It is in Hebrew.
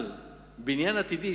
על בניין עתידי,